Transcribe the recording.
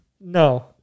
no